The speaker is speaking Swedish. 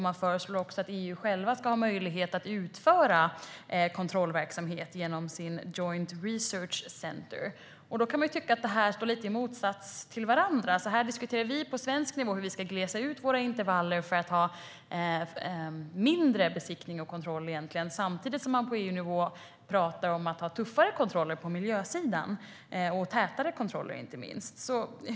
Man föreslår också att EU själv ska ha möjlighet att utföra kontrollverksamhet genom sitt Joint Research Centre. Då kan man tycka att det här står lite i motsats till varandra. Här diskuterar vi på svensk nivå hur vi ska glesa ut våra intervaller till mindre besiktningar och kontroller, samtidigt som man på EU-nivå pratar om att ha tuffare och inte minst tätare kontroller på miljösidan.